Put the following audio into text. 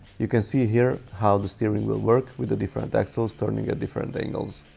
you can see here how the steering will work with the different axles turning at different angles